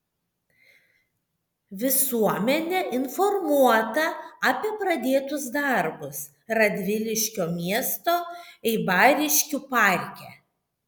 visuomenė informuota apie pradėtus darbus radviliškio miesto eibariškių parke